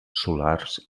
solars